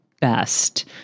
best